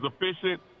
efficient